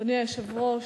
אדוני היושב-ראש,